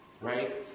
Right